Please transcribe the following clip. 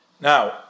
Now